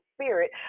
spirit